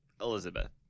Elizabeth